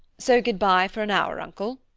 so good-bye for an hour, uncle.